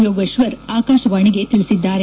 ಯೋಗೇಶ್ವರ್ ಆಕಾಶವಾಣಿಗೆ ತಿಳಿಸಿದ್ದಾರೆ